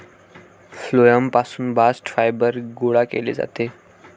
phloem पासून bast fibre गोळा केले जाते